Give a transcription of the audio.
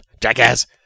Jackass